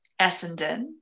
Essendon